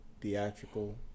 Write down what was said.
theatrical